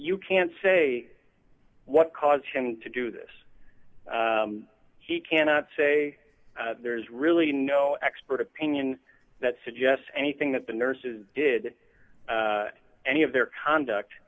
you can't say what caused him to do this he cannot say there is really no expert opinion that suggests anything that the nurses did any of their conduct